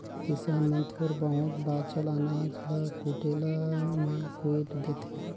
किसान मन थोर बहुत बाचल अनाज ल कुटेला मे कुइट देथे